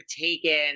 taken